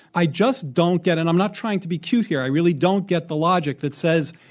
i just don't get it i'm not trying to be cute here. i really don't get the logic that says